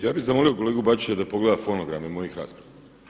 Ja bi zamolio kolegu Bačića da pogleda fonograme mojih rasprava.